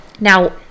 Now